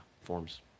forms